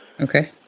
Okay